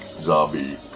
zombie